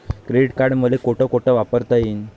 Credit card मले कोठ कोठ वापरता येईन?